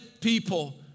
people